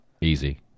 Easy